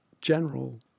general